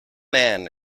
man